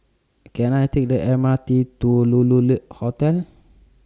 Can I Take The M R T to Lulu Lee Hotel